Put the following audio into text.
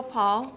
Paul